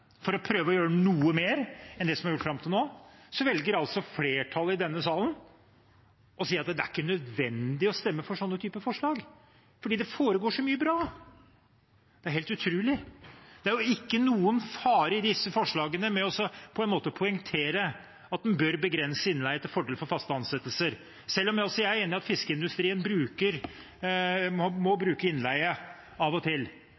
for å prøve å gjøre noe mer enn det som er gjort fram til nå, velger altså flertallet i denne salen å si at det ikke er nødvendig å stemme for sånne forslag fordi det foregår så mye bra. Det er helt utrolig. Det er jo ikke noen fare å ved disse forslagene poengtere at en bør begrense innleie til fordel for faste ansettelser, selv om også jeg er enig i at fiskeindustrien må bruke innleie av og til.